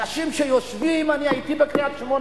אנשים שיושבים, אני הייתי בקריית-שמונה,